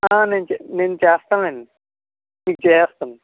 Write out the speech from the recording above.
నేను చే నేను చేస్తానండి మీకు చేస్తాను